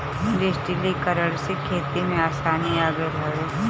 डिजिटलीकरण से खेती में आसानी आ गईल हवे